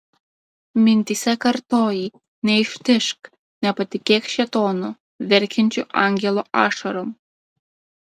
mintyse kartojai neištižk nepatikėk šėtonu verkiančiu angelo ašarom